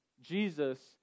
Jesus